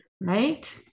Right